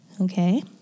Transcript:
Okay